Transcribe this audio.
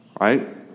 right